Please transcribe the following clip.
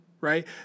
Right